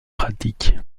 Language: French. pratique